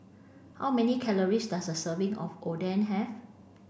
how many calories does a serving of Oden have